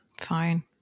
Fine